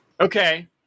Okay